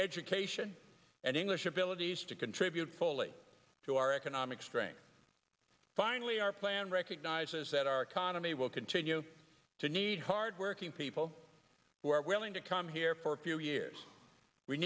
education and english abilities to contribute fully to our economic strength finally our plan recognizes that our economy will continue to need hard working people who are willing to come here for a few years we